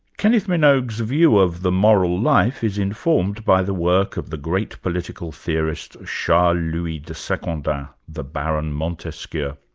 kenneth minogue's view of the moral life is informed by the work of the great political theorist, charles louis de secondat, the baron montesquieu,